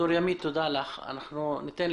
תודה לך ד"ר ימית אלפסי.